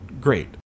great